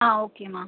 ஆ ஓகேம்மா